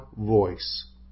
voice